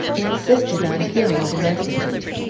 insisted on hearing the messages.